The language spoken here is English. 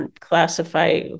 Classify